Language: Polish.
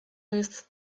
jest